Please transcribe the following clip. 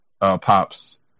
pops